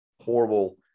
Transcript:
horrible